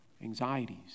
anxieties